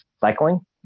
cycling